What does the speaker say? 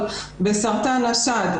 בסרטן השד,